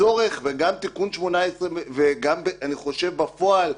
הצורך וגם תיקון 18 ואני חושב שגם בפועל,